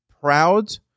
proud